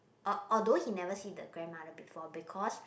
or although he never see the grandmother before because